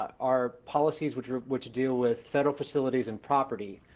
our policies which which deal with federal facilities and property.